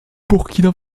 burkina